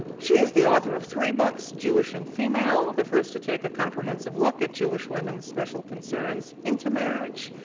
she is the author of three books jewish and female, the first to take a comprehensive look at jewish women's special concerns into marriage,